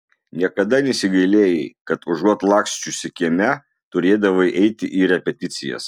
niekada nesigailėjai kad užuot laksčiusi kieme turėdavai eiti į repeticijas